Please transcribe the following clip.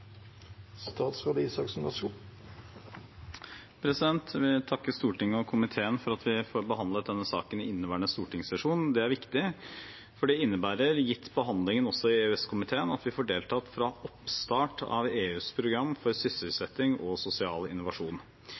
Jeg vil takke Stortinget og komiteen for at vi får behandlet denne saken i inneværende stortingssesjon. Det er viktig, for det innebærer – gitt behandlingen også i EØS-komiteen – at vi får deltatt fra oppstart i EUs program for sysselsetting og sosial innovasjon.